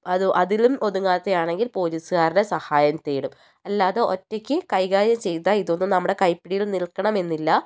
അത് അതിലും ഒതുങ്ങാത്തതാണെങ്കിൽ പോലീസുകാരുടെ സഹായം തേടും അല്ലാതെ ഒറ്റയ്ക്ക് കൈകാര്യം ചെയ്താൽ ഇതൊന്നും നമ്മുടെ കൈപ്പിടിയിൽ നിൽക്കണം എന്നില്ല